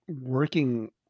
working